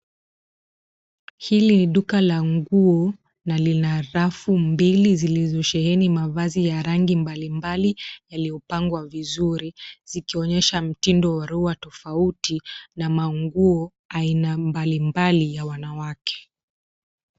Hili ni duka la nguo na lina rafu mbili zilizosheheni mavazi ya rangi mbalimbali yaliyopangwa vizuri, zikionyesha mtindo ya rua tofauti na manguo aina mbalimbali ya wanawake.